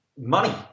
money